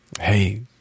hey